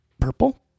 Purple